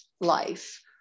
life